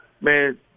Man